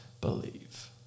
believe